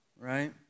right